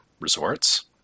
resorts